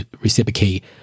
reciprocate